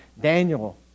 Daniel